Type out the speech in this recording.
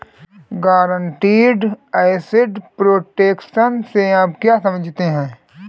Guaranteed asset protection से आप क्या समझते हैं?